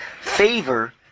favor